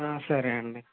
సరే అండి